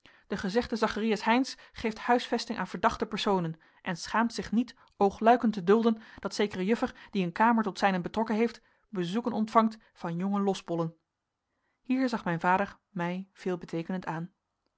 de gezegde zacharias heynsz geeft huisvesting aan verdachte personen en schaamt zich niet oogluikend te dulden dat zekere juffer die een kamer tot zijnent betrokken heeft bezoeken ontvangt van jonge losbollen hier zag mijn vader mij veelbeteekenend aan